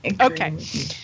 Okay